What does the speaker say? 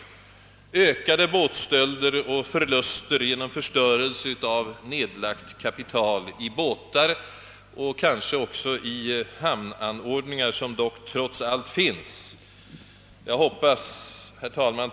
Det blir säkert också ökade båtstölder och förluster genom förstörelse av nedlagt kapital i båtar och kanske också i de hamnanordningar, som dock trots allt finns.